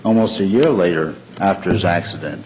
almost a year later after his accident